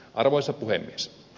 arvoisa puhemies